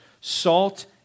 salt